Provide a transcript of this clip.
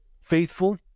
faithful